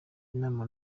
inama